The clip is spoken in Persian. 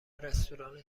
رستوران